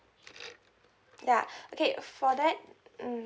ya okay for that mm